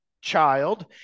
child